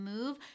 move